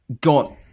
got